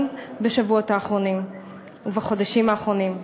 בשבועות האחרונים ובחודשים האחרונים.